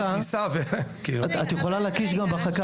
את יכולה להקיש גם בהרחקה,